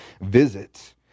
visit